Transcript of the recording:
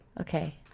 Okay